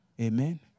Amen